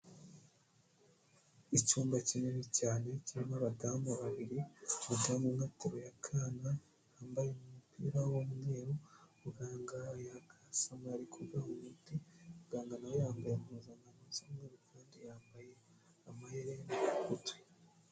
Icyumba kinini cyane kirimo abadamu babiri, umudamu umwe ateruye akana kambaye umupira w'umweru. Muganga yakasamuye ari kugaha umuti, muganga nawe yambaye impuzankano z'umweru kandi yambaye amaherena ku gutwi.